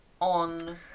on